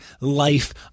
life